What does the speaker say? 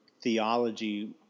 theology